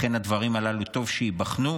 לכן, הדברים הללו, טוב שייבחנו,